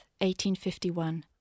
1851